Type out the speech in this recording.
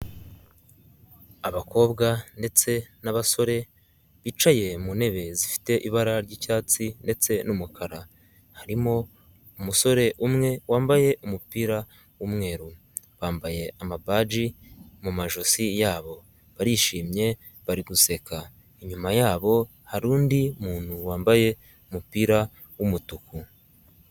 Abakobwa ndetse n'abasore bicaye mu ntebe zifite ibara ry'icyatsi ndetse n'umukara, harimo umusore umwe wambaye umupira w'umweru, bambaye amabaji mu majosi yabo barishimye bari guseka, inyuma yabo hari undi muntu wambaye umupira w'umutuku.